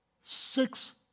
Six